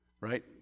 Right